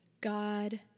God